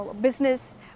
business